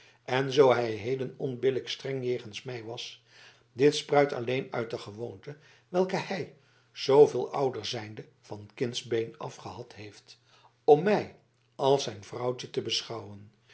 en zoo hij heden onbillijk streng jegens mij was dit spruit alleen uit de gewoonte welke hij zooveel ouder zijnde van kindsbeen af gehad heeft om mij als zijn vrouwtje te beschouwen